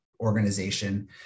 organization